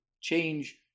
change